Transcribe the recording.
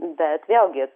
bet vėlgi